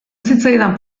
zitzaidan